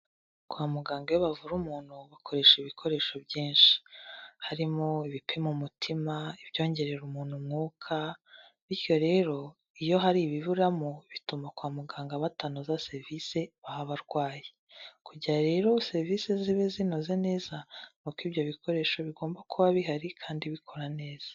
Kwa muganga iyo bavura umuntu bakoresha ibikoresho byinshi, harimo ibipima umutima, ibyongerera umuntu umwuka, bityo rero iyo hari ibiburamo bituma kwa muganga batanoza serivisi baha abarwayi, kugira ngo rero serivisi zibe zinoze neza, nuko ibyo bikoresho bigomba kuba bihari kandi bikora neza.